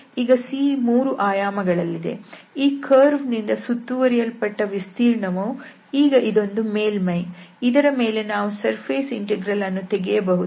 ಈಗ C ಮೂರು ಆಯಾಮಗಳಲ್ಲಿದೆ ಈ ಕರ್ವ್ ನಿಂದ ಸುತ್ತುವರಿಯಲ್ಪಟ್ಟ ವಿಸ್ತೀರ್ಣವು ಈಗ ಇದೊಂದು ಮೇಲ್ಮೈ ಇದರ ಮೇಲೆ ನಾವು ಸರ್ಫೇಸ್ ಇಂಟೆಗ್ರಲ್ ಅನ್ನು ತೆಗೆಯಬಹುದು